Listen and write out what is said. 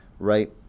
right